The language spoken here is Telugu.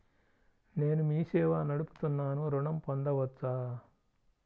నేను మీ సేవా నడుపుతున్నాను ఋణం పొందవచ్చా?